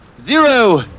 Zero